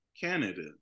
Canada